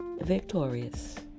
victorious